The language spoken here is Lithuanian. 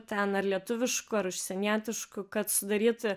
ten ar lietuviškų ar užsienietiškų kad sudaryti